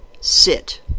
sit